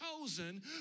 chosen